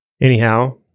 Anyhow